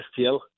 STL